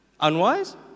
unwise